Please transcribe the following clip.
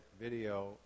video